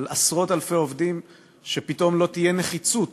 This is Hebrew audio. ועשרות-אלפי עובדים שפתאום לא תהיה נחיצות